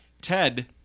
Ted